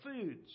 foods